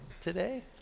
today